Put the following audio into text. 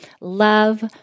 love